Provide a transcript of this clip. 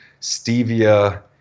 stevia